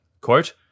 Quote